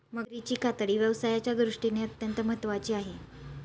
मगरीची कातडी व्यवसायाच्या दृष्टीने अत्यंत महत्त्वाची आहे